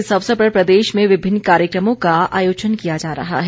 इस अवसर पर प्रदेश में विभिन्न कार्यक्रमों का आयोजन किया जा रहा है